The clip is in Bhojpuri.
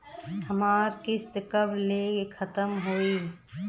हमार किस्त कब ले खतम होई?